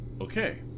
Okay